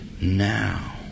now